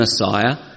Messiah